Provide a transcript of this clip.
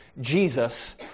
Jesus